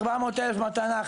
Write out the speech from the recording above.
400,000 מתנה,